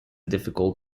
difficult